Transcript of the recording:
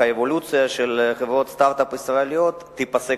האבולוציה של חברות סטארט-אפ ישראליות תיפסק.